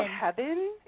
heaven